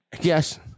Yes